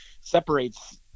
separates